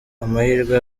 amahirwe